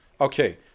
Okay